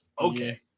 Okay